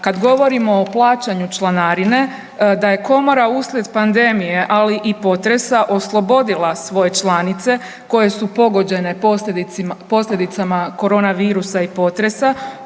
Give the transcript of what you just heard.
kad govorimo o plaćanju članarine da je komora uslijed pandemije, ali i potresa oslobodila svoje članice koje su pogođene posljedicama koronavirusa i potresa